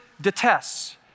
detests